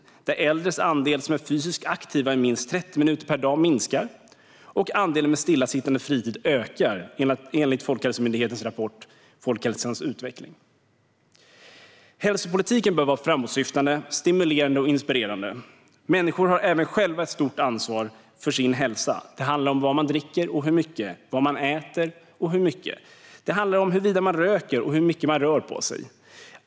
Andelen äldre som är fysiskt aktiva i minst 30 minuter per dag minskar, och andelen med stillasittande fritid ökar enligt Folkhälsomyndighetens rapport Folkhälsans utveckling . Hälsopolitiken bör vara framåtsyftande, stimulerande och inspirerande. Människor har även själva ett stort ansvar för sin hälsa. Det handlar om vad man dricker och hur mycket. Det handlar om vad man äter och hur mycket. Det handlar om huruvida man röker och hur mycket man rör på sig.